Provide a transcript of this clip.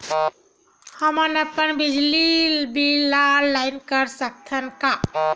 हमन अपन बिजली बिल ऑनलाइन कर सकत हन?